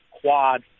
quad